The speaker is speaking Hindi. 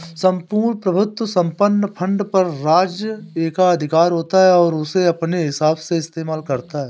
सम्पूर्ण प्रभुत्व संपन्न फंड पर राज्य एकाधिकार होता है और उसे अपने हिसाब से इस्तेमाल करता है